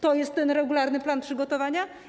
To jest ten regularny plan przygotowania?